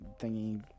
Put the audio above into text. thingy